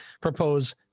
propose